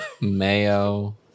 Mayo